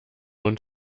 und